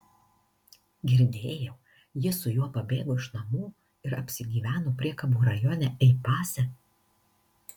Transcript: girdėjau ji su juo pabėgo iš namų ir apsigyveno priekabų rajone ei pase